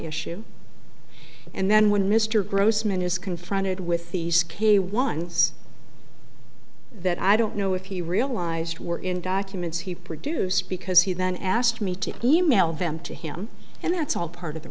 issue and then when mr grossman is confronted with these k ones that i don't know if he realized were in documents he produced because he then asked me to email them to him and that's all part of the